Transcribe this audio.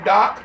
Doc